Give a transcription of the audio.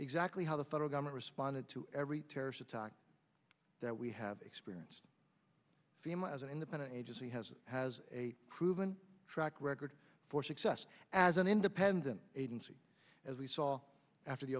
exactly how the federal government responded to every terrorist attack that we have experienced family as an independent agency has has a proven track record for success as an independent agency as we saw after the